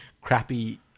crappy